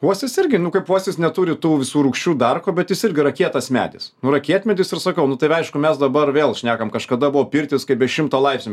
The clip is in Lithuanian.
uosis irgi nu kaip uosis neturi tų visų rūgščių dar ko bet jis irgi yra kietas medis nu yra kietmedis ir sakau nu tai aišku mes dabar vėl šnekam kažkada buvo pirtis kaip be šimto laipsnių